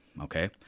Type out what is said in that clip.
Okay